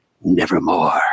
nevermore